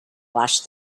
wash